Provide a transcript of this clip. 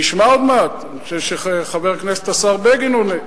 נשמע עוד מעט, אני חושב שחבר הכנסת השר בגין עונה.